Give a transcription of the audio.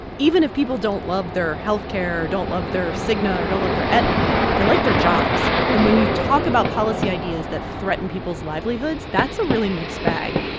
even if people don't love their health care, don't love their cigna or don't of their aetna, they like their jobs. and when you talk about policy ideas that threaten people's livelihoods, that's a really mixed bag.